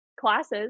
classes